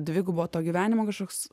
dvigubo to gyvenimo kažkoks